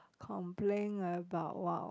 complain about !wow!